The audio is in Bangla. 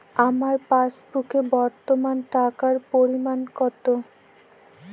আমার পাসবুকে বর্তমান টাকার পরিমাণ কত?